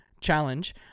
challenge